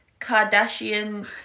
Kardashian